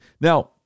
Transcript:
Now